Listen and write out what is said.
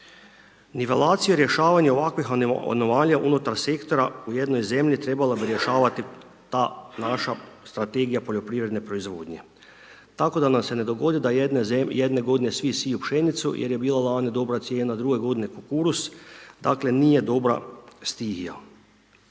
Nivelacija rješavanja ovakvih…/Govornik se ne razumije/…unutar sektora, trebala bi rješavati ta naša strategija poljoprivredne proizvodnje. Tako da nam se ne dogodi da jedne godine svi siju pšenicu jer je bila lani dobra cijena, druge godine kukuruz, dakle, nije dobra stihija.